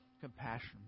compassion